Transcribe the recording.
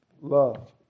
love